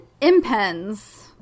impens